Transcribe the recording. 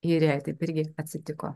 ir jai taip irgi atsitiko